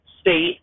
state